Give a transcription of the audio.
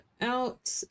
out